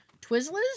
Twizzlers